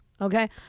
okay